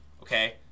okay